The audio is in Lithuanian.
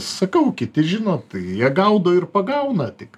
sakau kiti žino jie gaudo ir pagauna tik